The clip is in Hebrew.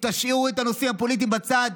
תשאירו את הנושאים הפוליטיים בצד.